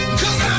cause